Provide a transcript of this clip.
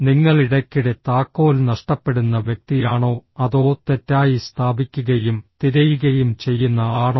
നിങ്ങൾ ഇടയ്ക്കിടെ താക്കോൽ നഷ്ടപ്പെടുന്ന വ്യക്തിയാണോ അതോ തെറ്റായി സ്ഥാപിക്കുകയും തിരയുകയും ചെയ്യുന്ന ആളാണോ